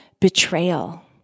betrayal